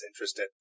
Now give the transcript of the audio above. interested